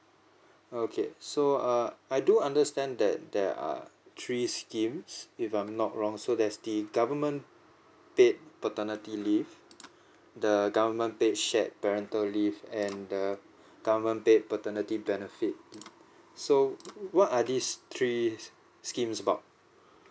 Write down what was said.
okay so err I do understand that there are three schemes if I'm not wrong so there's the government paid paternity leave the government paid shared parental leave and the government paid paternity benefit so what are these three schemes about